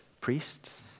priests